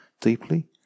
deeply